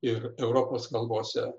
ir europos kalbose